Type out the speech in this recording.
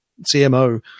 CMO